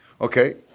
Okay